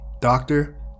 Doctor